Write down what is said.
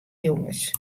jonges